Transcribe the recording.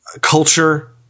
culture